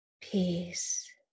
peace